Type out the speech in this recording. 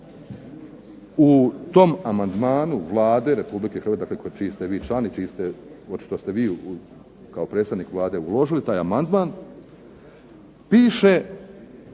u tom amandmanu Vlade Republike Hrvatske, dakle čiji ste vi član i čiji ste, očito ste vi kao predstavnik Vlade uložili taj amandmana, piše